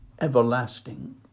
everlasting